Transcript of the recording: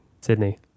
Sydney